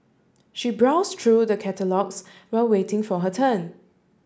she browse true the catalogues while waiting for her turn